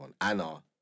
Anna